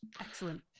Excellent